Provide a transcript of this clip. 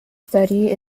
study